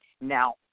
Now